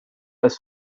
als